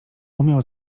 umiał